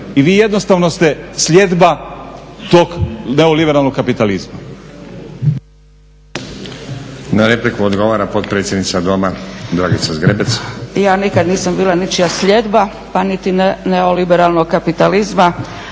I vi jednostavno ste sljedba tog neoliberalnog kapitalizma. **Stazić, Nenad (SDP)** Na repliku odgovara potpredsjednica Doma, Dragica Zgrebec. **Zgrebec, Dragica (SDP)** Ja nikad nisam bila ničija sljedba pa niti neoliberalnog kapitalizma,